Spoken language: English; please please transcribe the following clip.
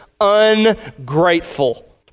ungrateful